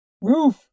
Roof